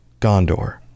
Gondor